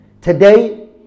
Today